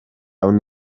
awn